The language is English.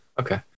Okay